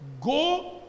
Go